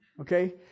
Okay